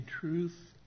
truth